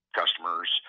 customers